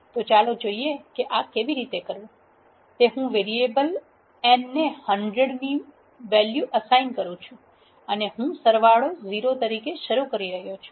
તો ચાલો જોઈએ કે આ કેવી રીતે કરવું તે હું વેરીએબલ n ને 100 ની વેરીએબલ વેલ્યુ અસાઇન કરું છું અને હું સરવાળો 0 તરીકે શરૂ કરી રહ્યો છું